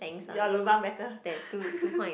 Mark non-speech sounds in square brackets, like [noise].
your lobang better [laughs]